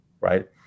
right